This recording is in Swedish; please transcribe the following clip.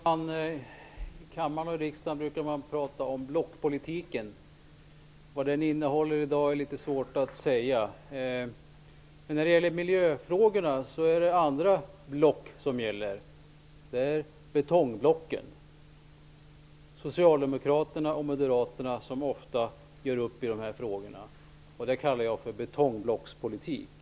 Fru talman! I riksdagen brukar man tala om blockpolitik. Vad den innehåller i dag är litet svårt att säga. Men när det gäller miljöfrågorna är det andra block som gäller. Det är betongblocken, Socialdemokraterna och Moderaterna, som ofta gör upp i de här frågorna. Detta kallar jag för betongblockspolitik.